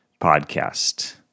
podcast